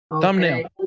thumbnail